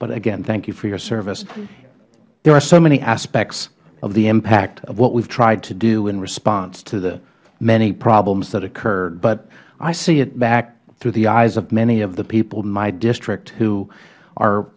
but again thank you for your service there are so many aspects of the impact of what we have tried to do in response to the many problems that occurred but i see it through the eyes of many of the people in my district who are